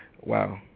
Wow